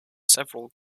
several